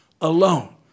alone